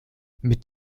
mit